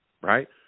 right